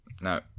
no